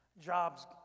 jobs